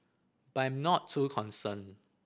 but I'm not too concerned